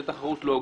זו תחרות לא הוגנת,